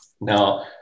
Now